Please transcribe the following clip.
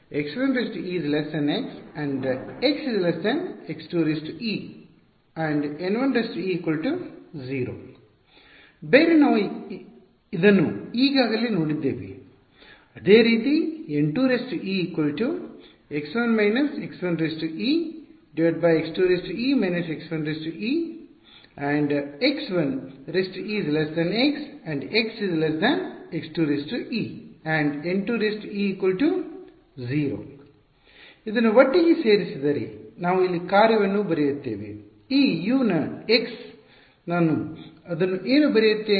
ಆದ್ದರಿಂದ ಬೇರೆ ನಾವು ಇದನ್ನು ಈಗಾಗಲೇ ನೋಡಿದ್ದೇವೆ ಮತ್ತು ಅದೇ ರೀತಿ N2e x − x1ex2e − x1e x1e x x2e N 2e 0 else ಇದನ್ನು ಒಟ್ಟಿಗೆ ಸೇರಿಸಿದರೆ ನಾನು ಇಲ್ಲಿ ಕಾರ್ಯವನ್ನು ಬರೆಯುತ್ತೇನೆ ಈ U ನ x ನಾನು ಅದನ್ನು ಏನು ಬರೆಯುತ್ತೇನೆ